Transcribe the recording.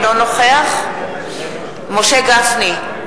נוכח משה גפני,